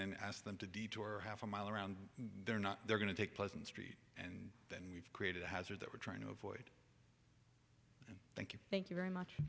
then asked them to detour half a mile around they're not they're going to take pleasant street and we've created a hazard that we're trying to avoid and thank you thank you very much